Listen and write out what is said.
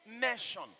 nation